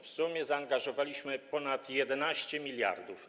W sumie zaangażowaliśmy ponad 11 mld.